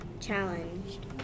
challenged